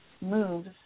moves